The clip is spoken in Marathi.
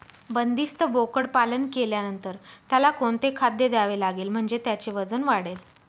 बंदिस्त बोकडपालन केल्यानंतर त्याला कोणते खाद्य द्यावे लागेल म्हणजे त्याचे वजन वाढेल?